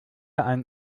einen